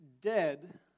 dead